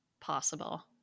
possible